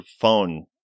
phone